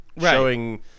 showing